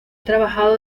trabajado